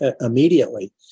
immediately